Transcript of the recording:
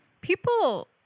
People